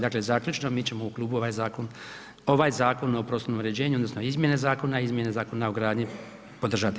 Dakle zaključno, mi ćemo u klubu ovaj zakon o prostornom uređenju, odnosno izmjene zakona, Izmjene zakona o gradnji podržati.